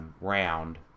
round